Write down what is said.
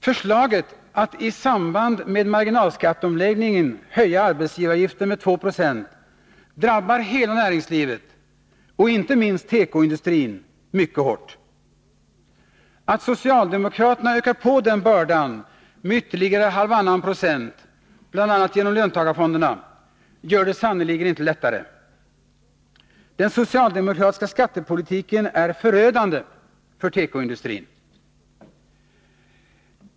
Förslaget att vi i samband med marginalskatteomläggningen skall höja arbetsgivaravgiften med 2 26 drabbar hela näringslivet och inte minst tekoindustrin mycket hårt. Att socialdemokraterna ökar på den bördan med ytterligare halvannan procent bl.a. genom löntagarfonderna gör det sannerligen inte lättare. Den socialdemokratiska skattepolitiken är förödande för tekoindustrin.